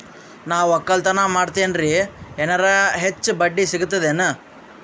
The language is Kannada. ನಾ ಒಕ್ಕಲತನ ಮಾಡತೆನ್ರಿ ಎನೆರ ಹೆಚ್ಚ ಬಡ್ಡಿ ಸಿಗತದೇನು?